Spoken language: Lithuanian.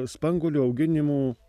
spanguolių auginimų